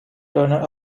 turner